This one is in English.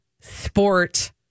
sport